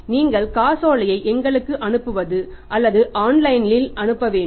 நீங்கள் காசோலையை எங்களுக்கு அனுப்புவது அல்லது ஆன்லைன் இல் அனுப்ப வேண்டும்